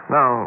Now